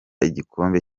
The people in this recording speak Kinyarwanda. igikombe